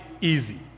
easy